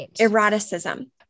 eroticism